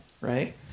right